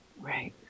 Right